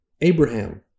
Abraham